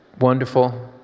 wonderful